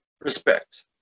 Respect